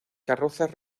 carrozas